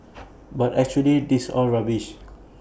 but actually that's all rubbish